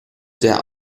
der